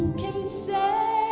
can say